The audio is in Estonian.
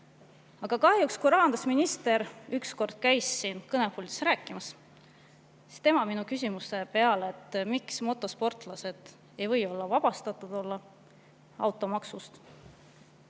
Aga kahjuks, kui rahandusminister käis kord siin kõnepuldis rääkimas, siis ta minu küsimuse peale, miks motosportlased ei või olla vabastatud automaksust,